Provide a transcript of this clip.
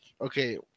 okay